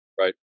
Right